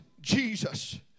Jesus